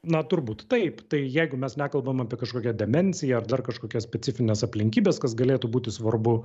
na turbūt taip tai jeigu mes nekalbam apie kažkokią demenciją ar dar kažkokias specifines aplinkybes kas galėtų būti svarbu